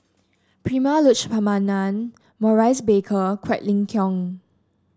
Prema Letchumanan Maurice Baker Quek Ling Kiong